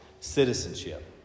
citizenship